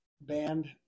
band